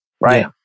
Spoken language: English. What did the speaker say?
right